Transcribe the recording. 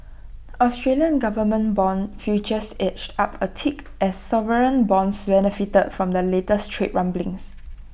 Australian government Bond futures edged up A tick as sovereign bonds benefited from the latest trade rumblings